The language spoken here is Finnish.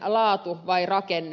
laatu vai rakenne